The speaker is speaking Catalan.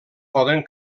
poden